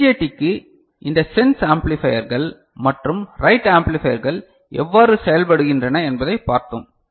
பிஜேடிக்கு இந்த சென்ஸ் ஆம்பிளிபையர்கள் மற்றும் ரைட் ஆம்பிளிபையர்கள் எவ்வாறு செயல்படுகின்றன என்பதைப் பார்த்தோம்